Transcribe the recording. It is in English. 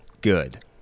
good